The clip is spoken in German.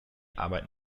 arbeiten